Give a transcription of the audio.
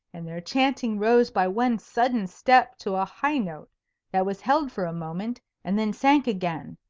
and their chanting rose by one sudden step to a high note that was held for a moment, and then sank again,